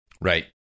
Right